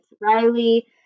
Riley